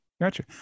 gotcha